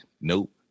nope